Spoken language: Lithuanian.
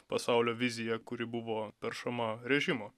pasaulio vizija kuri buvo peršama režimo